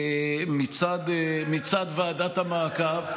מצד ועדת המעקב.